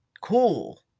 cool